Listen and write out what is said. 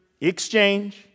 exchange